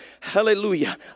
hallelujah